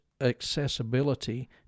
accessibility